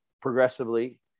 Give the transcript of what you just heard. progressively